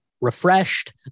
refreshed